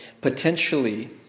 Potentially